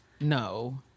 No